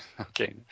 Okay